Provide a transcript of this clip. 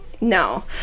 no